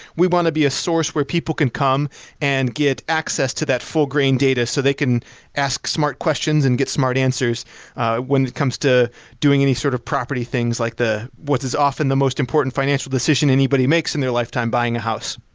we want to be a source where people can come and get access to that full-grain data so they can ask smart questions and get smart answers when it comes to doing any sort of property things like what is often the most important financial decision anybody makes in their lifetime buying a house